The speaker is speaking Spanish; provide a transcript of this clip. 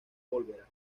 volverá